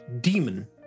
demon